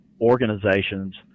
organizations